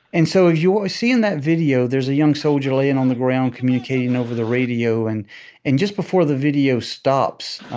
and so as you'll see in that video, there's a young soldier laying on the ground communicating over the radio, and and just before the video stops,